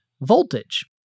voltage